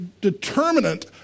determinant